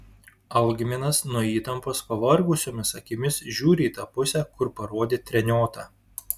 algminas nuo įtampos pavargusiomis akimis žiūri į tą pusę kur parodė treniota